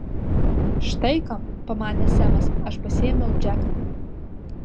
štai kam pamanė semas aš pasiėmiau džeką